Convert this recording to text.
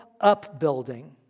upbuilding